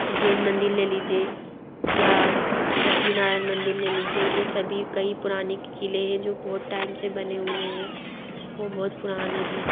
जैन मंदिर ले लीजिए या लक्ष्मीनरायण मंदिर ले लीजिए ये सभी कई पुराने क़िले हैं जो बहुत टाइम से बने हुए हें और बहुत पुराने हैं